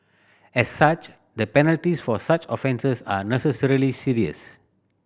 as such the penalties for such offences are necessarily serious